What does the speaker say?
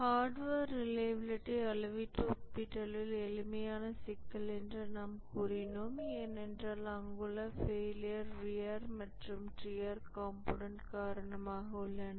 hardware reliability அளவீட்டு ஒப்பீட்டளவில் எளிமையான சிக்கல் என்று நாம் கூறினோம் ஏனென்றால் அங்குள்ள ஃபெயிலியர் வியர் மற்றும் டியர் கம்போனன்ட் காரணமாக உள்ளன